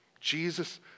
Jesus